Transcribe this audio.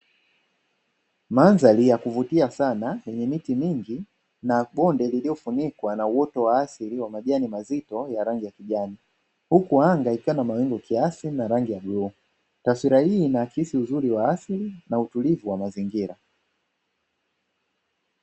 Mandhari ya kuvutia sana yenye miti mingi na bonde lililofunikwa na uoto wa asili wa majani mazito ya rangi ya kijani, huku anga ikiwa na mawingu kiasi na rangi ya bluu taswira hii inaakisi uzuri wa asili na utulivu wa mazingira.